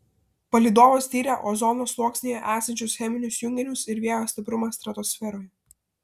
palydovas tyrė ozono sluoksnyje esančius cheminius junginius ir vėjo stiprumą stratosferoje